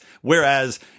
Whereas